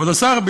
כבוד השר,